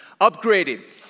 upgraded